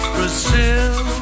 Brazil